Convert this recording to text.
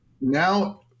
now